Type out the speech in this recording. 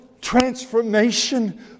transformation